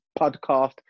podcast